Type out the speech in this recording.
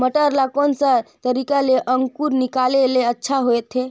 मटर ला कोन सा तरीका ले अंकुर निकाले ले अच्छा होथे?